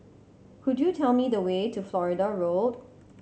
could you tell me the way to Florida Road